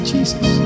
Jesus